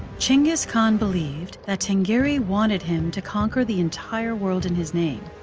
chinggis khan believed that tenggeri wanted him to conquer the entire world in his name.